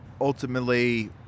ultimately